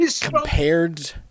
compared